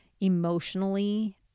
emotionally